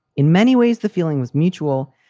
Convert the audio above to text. in many ways, the feeling was mutual,